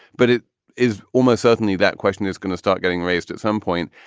but it is almost certainly that question is going to start getting raised at some point.